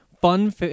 Fun